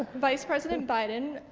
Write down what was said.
vice president biden,